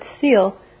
seal